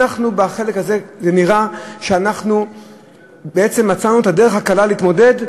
בחלק הזה נראה שאנחנו בעצם מצאנו את הדרך הקלה להתמודד,